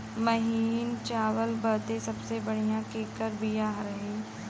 महीन चावल बदे सबसे बढ़िया केकर बिया रही?